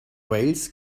wales